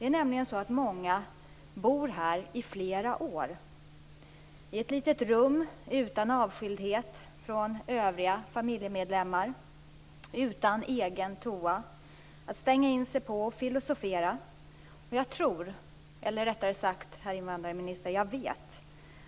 Jag vill också erinra om att regeringen den 19 mars i år fattade beslut om en förordning om uppehållstillstånd för medborgare i Förbundsrepubliken Jugoslavien.